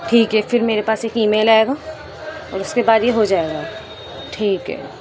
ٹھیک ہے پھر میرے پاس ایک ای میل آئے گا اور اس کے بعد یہ ہو جائے گا ٹھیک ہے